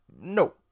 No